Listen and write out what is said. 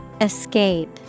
Escape